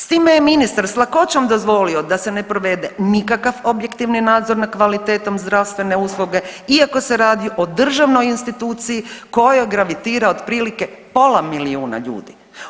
S time je ministar s lakoćom dozvolio da se ne provede nikakav objektivni nadzor nad kvalitetom zdravstvene usluge iako se radi o državnoj instituciji kojoj gravitira otprilike pola milijuna ljudi.